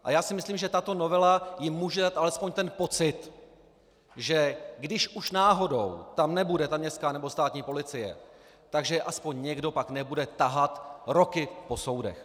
A já si myslím, že tato novela jim může dát alespoň ten pocit, že když už náhodou tam nebude ta městská nebo státní policie, tak že se aspoň někdo pak nebude tahat roky po soudech.